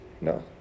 No